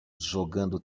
jogando